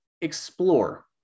explore